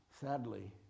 Sadly